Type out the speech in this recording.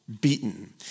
Beaten